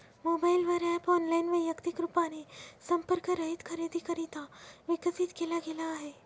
mobile वर app online, वैयक्तिक रूपाने संपर्क रहित खरेदीकरिता विकसित केला गेला आहे